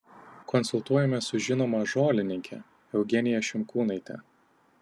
konsultuojamės su žinoma žolininke eugenija šimkūnaite